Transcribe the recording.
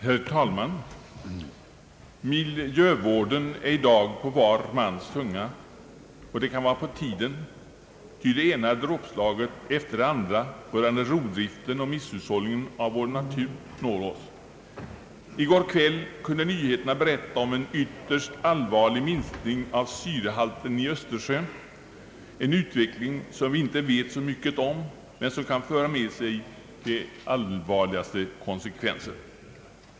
Herr talman! Miljövården är i dag på var mans tunga, och det kan vara på tiden, ty det ena dråpslaget efter det andra rörande rovdriften och misshushållningen av vår natur når oss. I går kväll kunde man i nyheterna berätta om en ytterst allvarlig minskning av syrehalten i Östersjön, en utveckling som vi inte vet så mycket om men som kan föra med sig de allvarligaste konsekvenser.